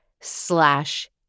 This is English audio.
slash